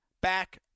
back